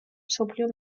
მსოფლიო